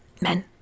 men